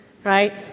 Right